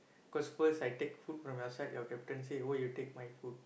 cause first I take food from your side your captain said oh you take my food